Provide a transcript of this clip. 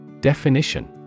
Definition